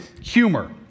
humor